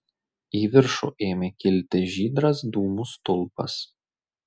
į viršų ėmė kilti žydras dūmų stulpas